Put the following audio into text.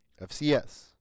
FCS